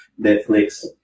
Netflix